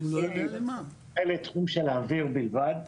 לתחום של האוויר בלבד.